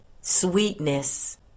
sweetness